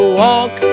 walk